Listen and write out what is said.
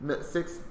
six